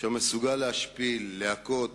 אשר מסוגל להשפיל, להכות,